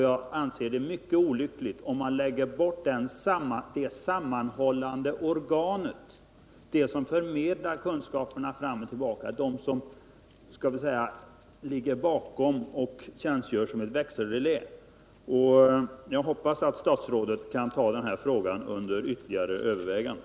Jag anser det vara mycket olyckligt om man lägger ned det sammanhållande organet, som förmedlar kunskaper i båda riktningar — man kan säga att det tjänstgör som ett växelrelä i detta sammanhang. Jag hoppas att statsrådet kan ta denna fråga under ytterligare övervägande.